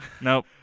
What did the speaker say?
nope